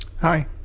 Hi